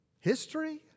history